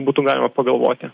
būtų galima pagalvoti